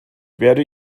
werde